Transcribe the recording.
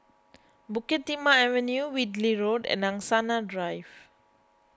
Bukit Timah Avenue Whitley Road and Angsana Drive